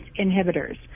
inhibitors